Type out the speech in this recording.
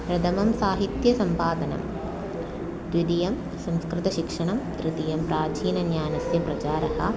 प्रदमं साहित्यसम्पादनं द्वितीयं संस्कृतशिक्षणं तृतीयं प्राचीनज्ञानस्य प्रचारः